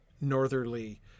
northerly